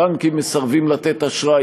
בנקים מסרבים לתת אשראי,